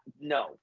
no